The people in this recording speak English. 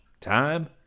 Time